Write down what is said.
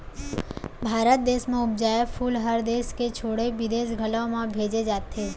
भारत देस म उपजाए फूल हर देस के छोड़े बिदेस घलौ म भेजे जाथे